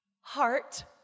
Heart